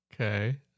Okay